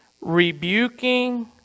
rebuking